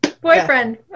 Boyfriend